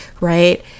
right